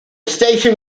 station